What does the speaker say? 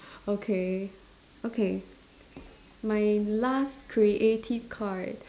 okay okay my last creative card